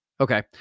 okay